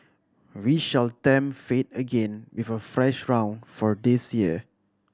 we shall tempt fate again with a fresh round for this year